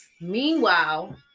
meanwhile